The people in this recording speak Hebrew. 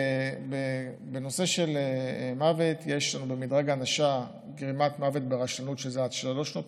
בנושא של מוות יש מדרג ענישה: גרימת מוות ברשלנות,